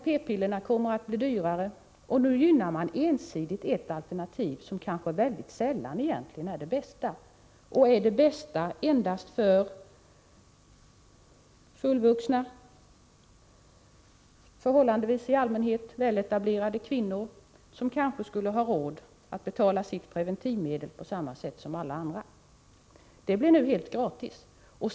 P-piller kommer att bli dyrare, och nu gynnar man ensidigt ett alternativ som egentligen väldigt sällan är det bästa — och är det bästa endast för fullvuxna förhållandevis väletablerade kvinnor, som kanske skulle ha råd att betala sitt preventivmedel på samma sätt som alla andra. De får det nu helt gratis.